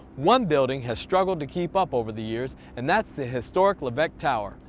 one building has struggled to keep up over the years, and that's the historic leveque tower.